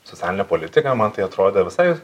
socialinę politiką man tai atrodė visai